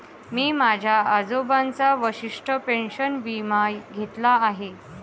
मी माझ्या आजोबांचा वशिष्ठ पेन्शन विमा घेतला आहे